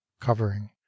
covering